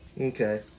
Okay